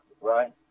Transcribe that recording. right